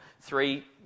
three